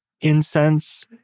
incense